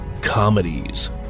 comedies